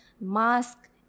mask